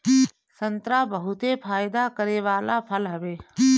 संतरा बहुते फायदा करे वाला फल हवे